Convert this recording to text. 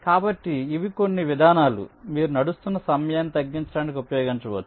కాబట్టి ఇవి కొన్ని విధానాలు మీరు నడుస్తున్న సమయాన్ని తగ్గించడానికి ఉపయోగించవచ్చు